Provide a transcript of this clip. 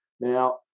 Now